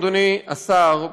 אדוני השר,